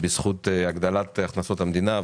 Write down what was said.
בזכות הגדלת הכנסות המדינה,